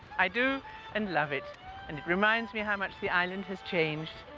i do and love it, and it reminds me how much the island has changed.